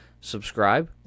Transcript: subscribe